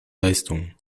leistungen